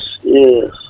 yes